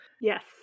Yes